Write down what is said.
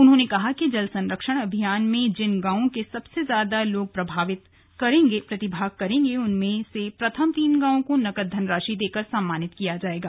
उन्होंने कहा कि जल संरक्षण अभियान में जिन गांवों के सबसे ज्यादा लोग प्रतिभाग करेंगे उनमें से प्रथम तीन गांवों को नकद धनराशि देकर सम्मानित किया जाएगा